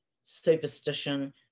superstition